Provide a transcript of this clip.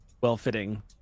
well-fitting